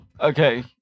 Okay